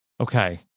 Okay